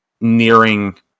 nearing